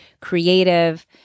creative